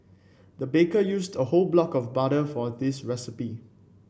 the baker used a whole block of butter for this recipe